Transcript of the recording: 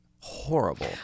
Horrible